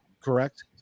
correct